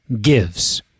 gives